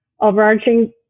overarching